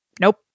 Nope